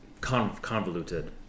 convoluted